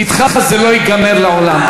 אתך זה לא ייגמר לעולם.